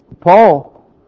Paul